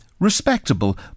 respectable